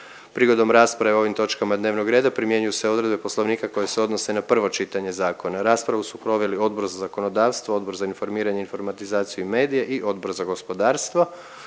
Prigodom rasprave o ovim točkama dnevnog reda primjenjuju se odredbe Poslovnika koje se odnose na prvo čitanje zakona. Raspravu su proveli Odbor za zakonodavstvo, Odbor za informiranje, informatizaciju i medije i Odbor za gospodarstvo.